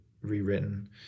rewritten